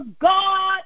God